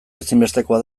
ezinbestekoa